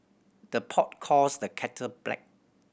the pot calls the kettle black